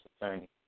attorney